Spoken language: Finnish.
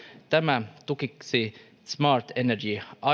tämä tukisi smart energy